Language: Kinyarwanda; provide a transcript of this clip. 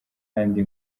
kandi